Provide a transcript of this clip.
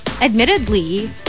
admittedly